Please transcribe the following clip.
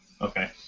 Okay